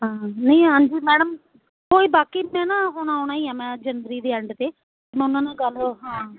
ਹਾਂ ਨਹੀਂ ਹਾਂਜੀ ਮੈਡਮ ਕੋਈ ਬਾਕੀ ਅਤੇ ਨਾ ਹੁਣ ਆਉਣਾ ਹੀ ਆ ਮੈਂ ਜਨਵਰੀ ਦੇ ਐਂਡ 'ਤੇ ਮੈਂ ਉਹਨਾਂ ਨਾਲ ਗੱਲ ਹਾਂ